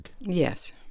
Yes